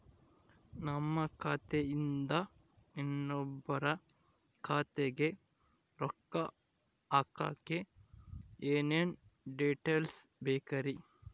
ನಮ್ಮ ಖಾತೆಯಿಂದ ಇನ್ನೊಬ್ಬರ ಖಾತೆಗೆ ರೊಕ್ಕ ಹಾಕಕ್ಕೆ ಏನೇನು ಡೇಟೇಲ್ಸ್ ಬೇಕರಿ?